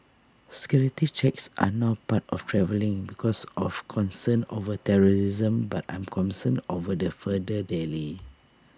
security checks are now part of travelling because of concerns over terrorism but I'm concerned over the further delay